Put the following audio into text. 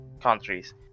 countries